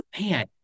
man